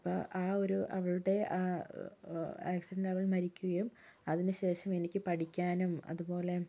അപ്പോൾ ആ ഒരു അവളുടെ ആക്സിഡൻ്റ് പിന്നെ അവൾ മരിക്കുകയും അതിനുശേഷം എനിക്ക് പഠിക്കാനും അതുപോലെ